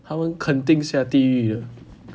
他们肯定下地狱的